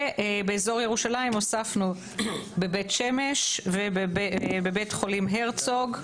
באזור ירושלים הוספנו בבית שמש ובבית חולים הרצוג.